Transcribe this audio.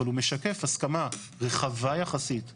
אבל הוא משקף הסכמה רחבה יחסית בבניין.